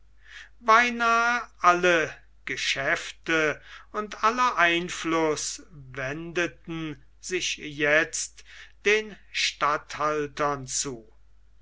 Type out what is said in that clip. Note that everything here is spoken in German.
beinahe alle geschäfte und aller einfluß wendeten sich jetzt den statthaltern zu